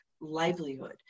livelihood